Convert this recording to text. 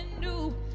new